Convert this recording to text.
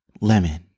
lemon